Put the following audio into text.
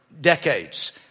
decades